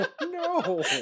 no